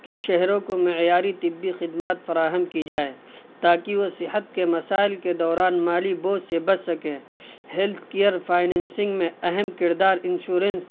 کہ شہروں کو معیاری طبی خدمات فراہم کی جائیں تاکہ وہ صحت کے مسائل کے دوران مالی بوجھ سے بچ سکیں ہیلتھ کیئر فائننسنگ میں اہم کردار انشورنس